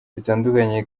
bitandukanye